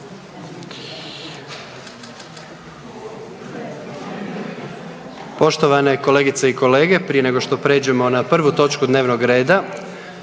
Poštovane kolegice i kolege, prije nego što pređemo na prvu točku dnevnog reda